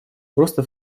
просто